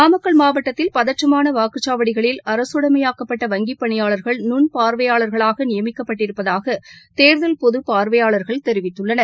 நாமக்கல் மாவட்டத்தில் பதற்றமான வாக்குச்சாவடிகளில் அரகடைமையாக்கப்பட்ட வங்கிப் பணியாளர்கள் நுண் பார்வையாளர்களாக நியமிக்கப்பட்டிருப்பதாக தேர்தல் பொதுப் பார்வையாளர்கள் தெரிவித்துள்ளார்கள்